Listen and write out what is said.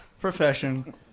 profession